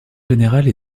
générale